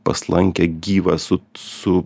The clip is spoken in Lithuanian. paslankią gyvą su su